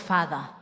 Father